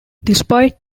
despite